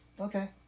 Okay